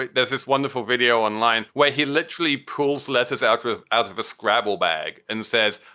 like there's this wonderful video online where he literally pulls letters outdrive out of a scrabble bag and says,